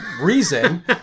reason